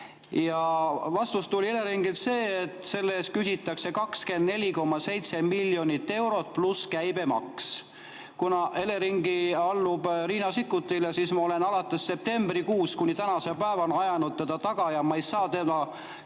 Eleringilt tuli selline vastus, et selle eest küsitakse 24,7 miljonit eurot pluss käibemaks. Kuna Elering allub Riina Sikkutile, siis ma olen alates septembrikuust kuni tänase päevani ajanud teda taga, aga ma ei saa teda